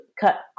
cut